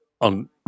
on